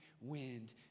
wind